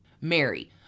Mary